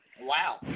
Wow